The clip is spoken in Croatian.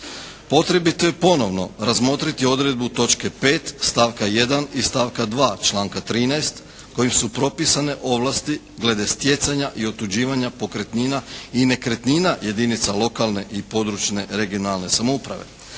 Potrebito je ponovno razmotriti odredbu točke 5. stavka 1. i stavka 2. članka 13. kojim su propisane ovlasti glede stjecanja i otuđivanja pokretnina i nekretnina jedinica lokalne i područne, regionalne samouprave.